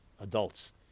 adults